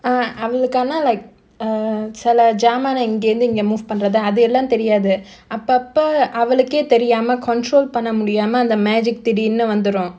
err அவளுக்கானா:avalukkaanaa like err சில ஜாமான இங்கிருந்து இங்க:sila jaamaana ingirunthu inga move பண்றது அது எல்லா தெரியாது அப்பப்ப அவளுக்கே தெரியாம:panrathu athu ellaa theriyathu appappa avalukkae theriyaama control பண்ண முடியாம அந்த:panna mudiyaama andha magic திடீர்னு வந்துரு:thideernu vandhuru